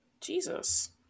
Jesus